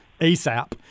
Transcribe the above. ASAP